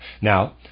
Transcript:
Now